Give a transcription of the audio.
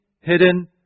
hidden